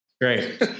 Great